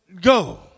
go